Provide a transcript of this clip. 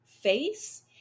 face